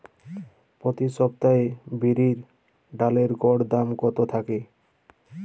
প্রতি সপ্তাহে বিরির ডালের গড় দাম কত থাকে?